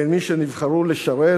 בין מי שנבחרו לשרת